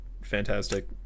fantastic